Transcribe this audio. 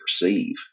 perceive